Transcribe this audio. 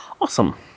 Awesome